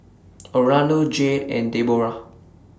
Orlando Jade and Deborah